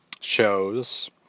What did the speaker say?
shows